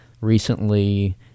Recently